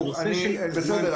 בסדר.